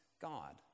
God